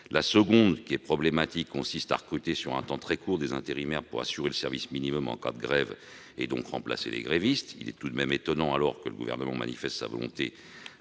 La deuxième, qui est problématique, consiste à recruter sur un temps très court des intérimaires pour assurer le service minimum en cas de grève et donc remplacer les grévistes- il est tout de même étonnant, alors que le Gouvernement manifeste sa volonté